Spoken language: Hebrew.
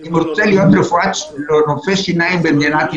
אם הוא רוצה להיות רופא שיניים בישראל,